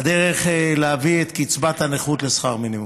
בדרך להביא את קצבת הנכות לשכר מינימום.